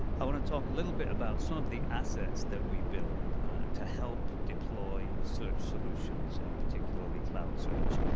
i want to talk a little bit about some of the assets that we built to help deploy search solutions and particularly cloud search.